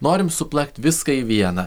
norim suplakt viską į vieną